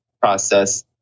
process